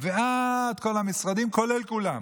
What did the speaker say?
ועד כל המשרדים, כולל כולם.